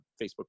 Facebook